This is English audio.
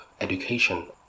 education